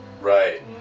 Right